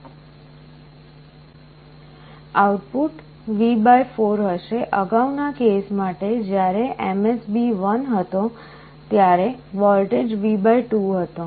output V4 હશે અગાઉના case માટે જ્યારે MSB 1 હતો ત્યારે વોલ્ટેજ V2 હતો